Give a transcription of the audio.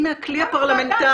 הנה הכלי הפרלמנטרי.